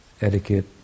etiquette